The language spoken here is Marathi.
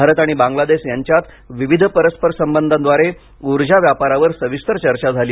भारत आणि बांगलादेश यांच्यात विविध परस्परसंबंधांद्वारे ऊर्जा व्यापारावर सविस्तर चर्चा झाली